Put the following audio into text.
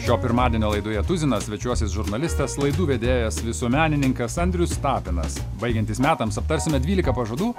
šio pirmadienio laidoje tuzinas svečiuosis žurnalistas laidų vedėjas visuomenininkas andrius tapinas baigiantis metams aptarsime dvylika pažadų